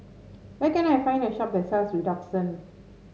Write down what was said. where can I find a shop that sells Redoxon